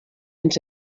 ens